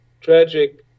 tragic